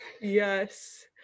yes